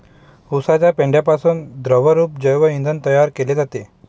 उसाच्या पेंढ्यापासून द्रवरूप जैव इंधन तयार केले जाते